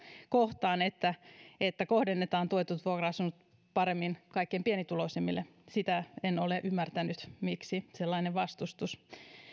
kohtaan että että kohdennetaan tuetut vuokra asunnot paremmin kaikkein pienituloisimmille sitä en ole ymmärtänyt miksi sellainen vastustus